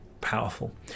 powerful